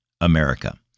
America